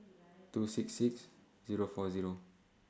two six six Zero four Zero